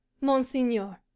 monseigneur